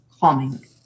calming